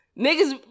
Niggas